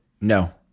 No